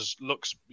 looks